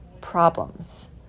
problems